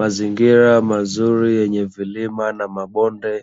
Mazingira mazuri yenye vilima na mabonde,